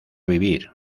vivir